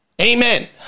Amen